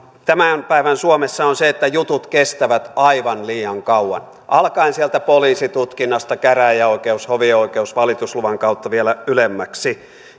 tämän päivän suomessa on se että jutut kestävät aivan liian kauan alkaen sieltä poliisitutkinnasta käräjäoikeus hovioikeus valitusluvan kautta vielä ylemmäksi